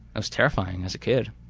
was terrifying as a kid.